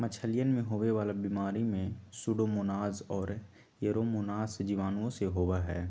मछलियन में होवे वाला बीमारी में सूडोमोनाज और एयरोमोनास जीवाणुओं से होबा हई